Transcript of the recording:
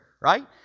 right